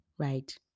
Right